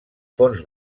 fons